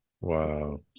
Wow